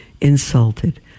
insulted